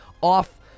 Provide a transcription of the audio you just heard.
off